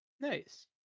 Nice